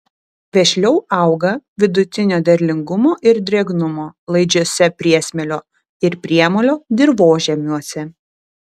vešliau auga vidutinio derlingumo ir drėgnumo laidžiuose priesmėlio ir priemolio dirvožemiuose